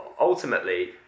ultimately